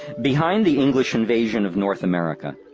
behind the english invasion of north america,